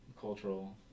cultural